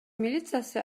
милициясы